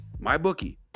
MyBookie